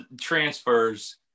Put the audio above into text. transfers